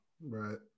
Right